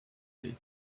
date